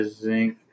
zinc